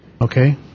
Okay